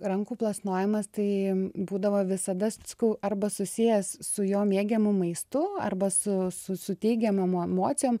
rankų plasnojimas tai būdavo visada sakau arba susijęs su jo mėgiamu maistu arba su su teigiamom emocijom